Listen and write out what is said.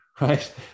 right